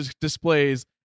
displays